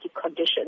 conditions